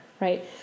right